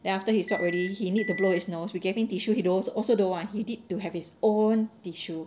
then after he swabbed already he need to blow his nose we gave him tissue he knows also don't want he need to have his own tissue